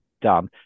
done